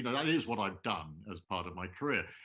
that is what i've done as part of my career.